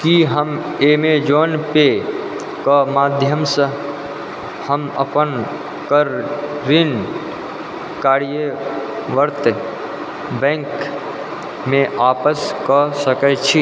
की हम एमेजन पेके माध्यमसँ हम अपन कार ऋण आर्यव्रत बैंकमे वापस कऽ सकै छी